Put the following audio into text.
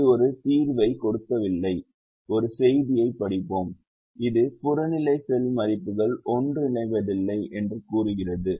இது ஒரு தீர்வைக் கொடுக்கவில்லை ஒரு செய்தியைப் படிப்போம் இது புறநிலை செல் மதிப்புகள் ஒன்றிணைவதில்லை என்று கூறுகிறது